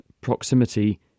proximity